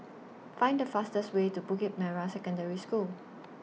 Find The fastest Way to Bukit Merah Secondary School